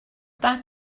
that